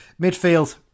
Midfield